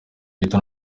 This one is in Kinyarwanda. gito